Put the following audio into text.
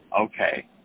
okay